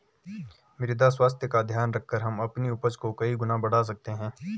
मृदा स्वास्थ्य का ध्यान रखकर हम अपनी उपज को कई गुना बढ़ा सकते हैं